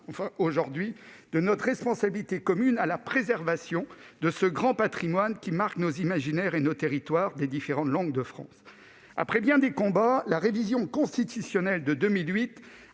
parlons bien de notre responsabilité commune pour la préservation de ce grand patrimoine qui marque nos imaginaires et nos territoires des différentes langues de France. Après bien des combats, la révision constitutionnelle de 2008